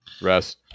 rest